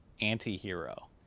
anti-hero